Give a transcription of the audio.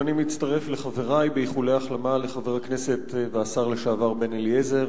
גם אני מצטרף לחברי באיחולי החלמה לחבר הכנסת והשר לשעבר בן-אליעזר.